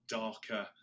darker